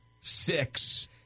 six